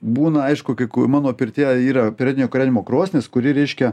būna aišku kai mano pirtyje yra periodinio kūrenimo krosnis kuri reiškia